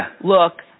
look